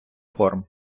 форм